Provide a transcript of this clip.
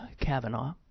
Kavanaugh